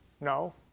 No